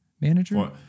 manager